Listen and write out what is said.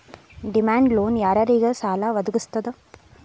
Demand loan ಯಾರ್ ಯಾರಿಗ್ ಸಾಲಾ ವದ್ಗಸ್ತದ?